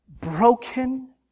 broken